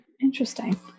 Interesting